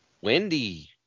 Wendy